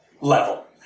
level